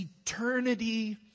eternity